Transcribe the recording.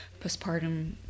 postpartum